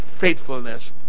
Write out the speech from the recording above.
faithfulness